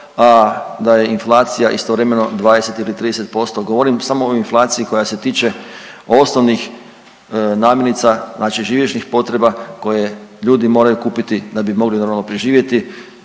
a da je inflacija istovremeno 20 ili 30%, govorim samo o inflaciji koja se tiče osnovnih namirnica, znači živežnih potreba koje ljudi moraju kupiti da bi mogli normalno preživjeti